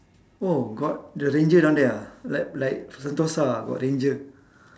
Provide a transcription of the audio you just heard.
!woah! got the ranger down there ah like like sentosa ah got ranger